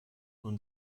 nun